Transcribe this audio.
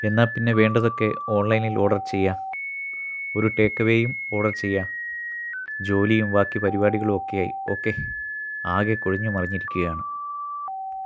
എന്നാ പിന്നെ വേണ്ടതൊക്കെ ഓൺലൈനിൽ ഓർഡർ ചെയ്യാം ഒരു ടേക്ക്എവേയും ഓർഡർ ചെയ്യാം ജോലിയും ബാക്കി പരിപാടികളും ഒക്കെയായി ഒക്കെ ആകെ കുഴഞ്ഞുമറിഞ്ഞിരിക്കുകയാണ്